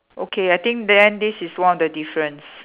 okay I think then this is one of the difference